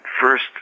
first